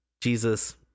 Jesus